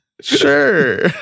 Sure